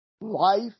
Life